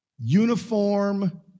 uniform